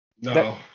No